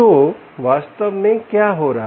तो वास्तव में क्या हो रहा है